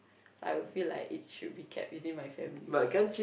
I would feel like it should be kept within my family lah